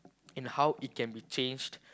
in how it can be changed